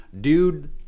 dude